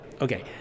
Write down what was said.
Okay